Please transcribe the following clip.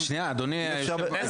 אבל, שנייה, אדוני היושב ראש.